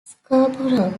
scarborough